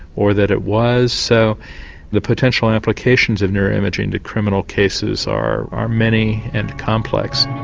or that it was so the potential applications of neuro-imaging to criminal cases are are many and complex.